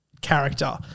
character